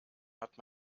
hat